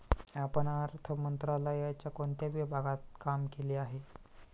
आपण अर्थ मंत्रालयाच्या कोणत्या विभागात काम केले आहे?